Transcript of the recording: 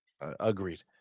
Agreed